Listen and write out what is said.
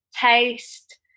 taste